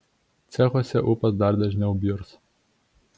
cechuose ūpas dar dažniau bjurs